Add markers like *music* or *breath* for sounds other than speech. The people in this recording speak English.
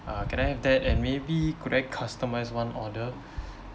uh can I have that and maybe could I customise one order *breath*